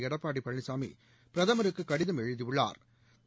எடப்பாடி பழனிசாமி பிரதமருக்கு கடிதம் எழுதியுள்ளாா்